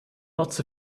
lots